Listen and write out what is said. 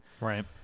Right